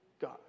God